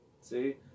See